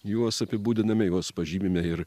juos apibūdiname juos pažymime ir